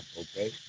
okay